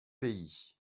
pays